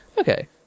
Okay